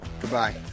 Goodbye